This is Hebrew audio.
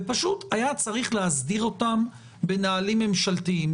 ופשוט היה צריך להסדיר אותם בנהלים ממשלתיים.